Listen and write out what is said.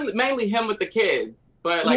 mainly him with the kids, but, like